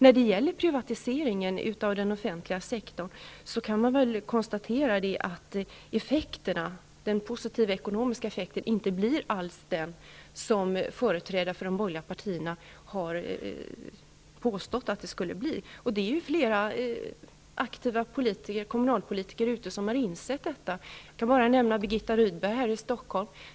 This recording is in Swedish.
När det gäller privatiseringen av den offentliga sektorn är det väl bara att konstatera att den inte alls får den positiva ekonomiska effekt som företrädare för de borgerliga partierna har påstått skulle uppstå. Flera aktiva kommunalpolitiker ute i landet har insett detta, t.ex. Birgitta Rydberg här i Stockholm.